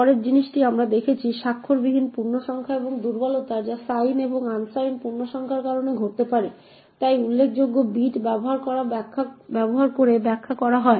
পরের জিনিসটি আমরা দেখছি স্বাক্ষরবিহীন পূর্ণসংখ্যা এবং দুর্বলতা যা সাইন এবং আন সাইনড পূর্ণসংখ্যার কারণে ঘটতে পারে তাই আমরা জানি যে স্বাক্ষরিত পূর্ণসংখ্যাগুলি সবচেয়ে উল্লেখযোগ্য বিট ব্যবহার করে ব্যাখ্যা করা হয়